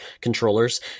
controllers